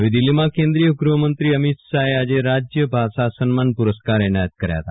નવી દિલ્હીમાં કેન્દ્રીય ગ્રહમંત્રી અમિત શાહે આજે રાજભાષાસન્માન પુરસ્કાર એનાયત કર્યા હતા